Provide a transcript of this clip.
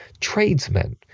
tradesmen